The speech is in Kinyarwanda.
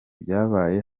byabaye